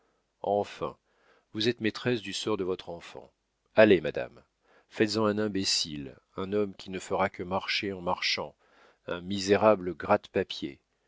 enfin vous êtes maîtresse du sort de votre enfant allez madame faites-en un imbécile un homme qui ne fera que marcher en marchant un misérable gratte papier